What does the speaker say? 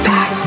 Back